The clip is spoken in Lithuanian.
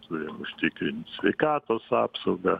turim užtikrint sveikatos apsaugą